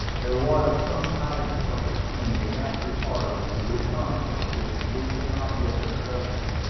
there was some hiding-place in the after part of the wetumpka which we had not yet discovered.